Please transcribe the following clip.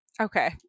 okay